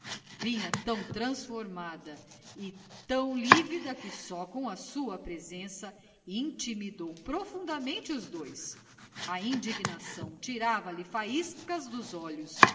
vinha tão transformada e tão lívida que só com a sua presença intimidou profundamente os dois a indignação tirava-lhe faíscas dos olhos